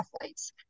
athletes